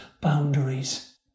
boundaries